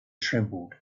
trembled